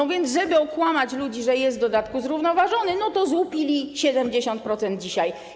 A więc, żeby okłamać ludzi, że jest w dodatku zrównoważony, złupili 70% dzisiaj.